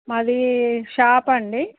మాది షాప అండి